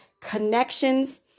connections